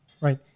Right